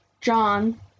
John